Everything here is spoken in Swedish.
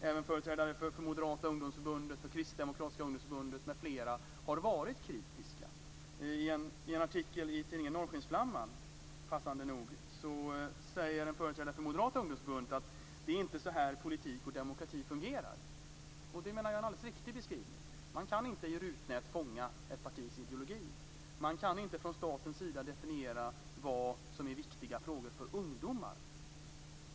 Även företrädare för Moderata ungdomsförbundet, Kristdemokratiska ungdomsförbundet m.fl. har varit kritiska. I en artikel i tidningen Norrskensflamman, passande nog, säger en företrädare för Moderata ungdomsförbundet: Det är inte så här politik och demokrati fungerar. Det, menar jag, är en alldeles riktig beskrivning. Man kan inte i rutnät fånga ett partis ideologi. Man kan inte från statens sida definiera vad som är viktiga frågor för ungdomar.